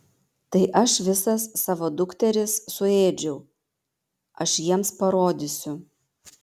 tai aš visas savo dukteris suėdžiau aš jiems parodysiu